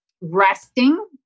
resting